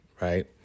right